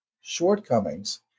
shortcomings